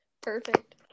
Perfect